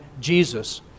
Jesus